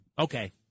Okay